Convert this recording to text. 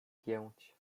pięć